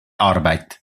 arbeit